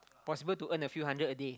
possible to earn a few hundred a day